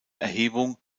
erhebung